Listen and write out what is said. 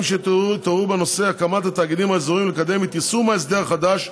שהתעוררו בנושא הקמת התאגידים האזוריים ולקדם את יישום ההסדר החדש.